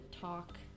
talk